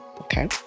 Okay